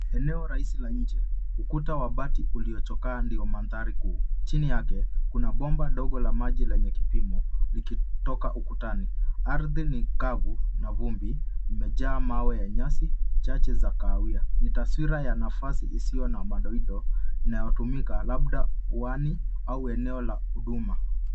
Eneo rahisi la nje ukuta wa bati uliochakaa ndio mandhari kuu. Chini yake kuna bomba ndogo la maji lenye kipimo. Ardhi ni kavu na vumbi imejaa mawe ya nyasi chache za kahawia. Ni taswaira ya nafasi isiyo na madoido inayotumika labda uani au eneo la huduma.